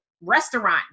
restaurant